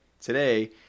today